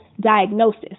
diagnosis